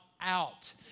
out